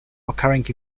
occurring